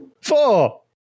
Four